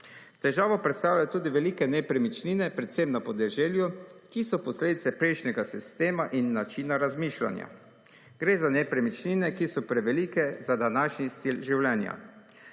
Težavo predstavljajo tudi velike nepremičnine, predvsem na podeželju, ki so posledica prejšnjega sistema in načina razmišljanja. Gre za nepremičnine, ki so prevelike za današnji stil življenja.